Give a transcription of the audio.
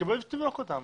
שתתכבד ושתבדוק אותם.